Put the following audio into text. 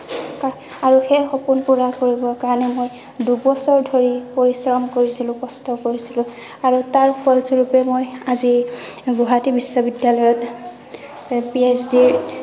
আৰু কা সেই সপোন পূৰা কৰিবৰ কাৰণে মই দুবছৰ ধৰি পৰিশ্ৰম কৰিছিলোঁ কষ্ট কৰিছিলোঁ আৰু তাৰ ফলস্বৰূপে মই আজি গুৱাহাটী বিশ্ববিদ্যালয়ত পি এইচ ডিৰ